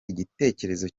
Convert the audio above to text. igitekerezo